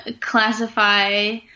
classify